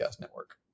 network